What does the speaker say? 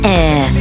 air